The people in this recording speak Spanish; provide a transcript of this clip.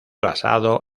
basado